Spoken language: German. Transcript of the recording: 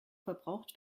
verbraucht